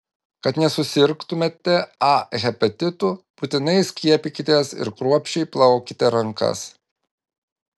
kad nesusirgtumėte a hepatitu būtinai skiepykitės ir kruopščiai plaukite rankas